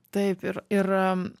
taip ir ir